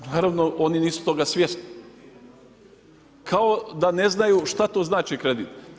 Naravno oni nisu toga svjesni, kao da ne znaju, šta to znači kredit.